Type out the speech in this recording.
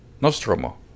*Nostromo*